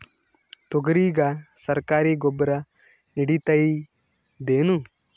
ತೊಗರಿಗ ಸರಕಾರಿ ಗೊಬ್ಬರ ನಡಿತೈದೇನು?